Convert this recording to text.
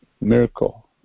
miracle